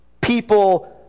People